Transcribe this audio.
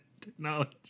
technology